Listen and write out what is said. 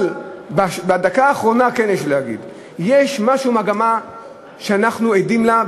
אבל בדקה האחרונה יש להגיד שיש מגמה שאנחנו עדים לה,